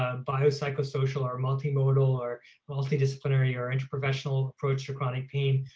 um bio-psychosocial or multimodal or multi-disciplinary or interprofessional approach for chronic pain,